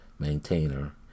maintainer